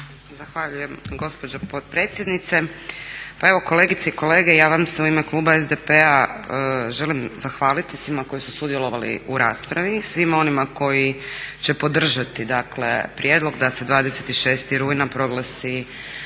Zahvaljujem gospođo potpredsjednice. Pa evo kolegice i kolege, ja vam se u ime kluba SDP-a želim zahvaliti svima koji su sudjelovali u raspravi, svima onima koji će podržati prijedlog da se 26.rujna proglasi